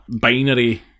binary